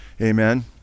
amen